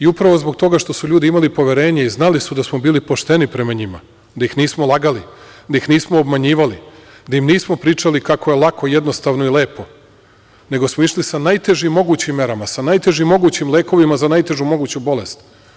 Upravo zbog toga što su ljudi imali poverenje i znali su da smo bili pošteni prema njima, da ih nismo lagali, da ih nismo obmanjivali, da im nismo pričali kako je lako, jednostavno i lepo, nego smo išli sa najtežim mogućim merama, sa najtežim mogućim lekovima za najtežu moguću bolest.